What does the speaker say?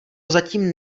zatím